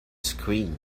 screen